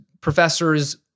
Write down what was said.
professors